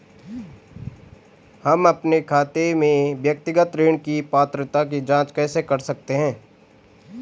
हम अपने खाते में व्यक्तिगत ऋण की पात्रता की जांच कैसे कर सकते हैं?